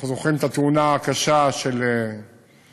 אנחנו זוכרים את התאונה הקשה של הנשים,